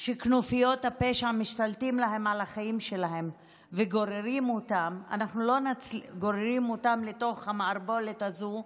שכנופיות הפשע משתלטות על החיים שלהם וגוררות אותם לתוך המערבולת הזו,